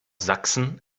sachsen